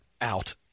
out